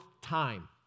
time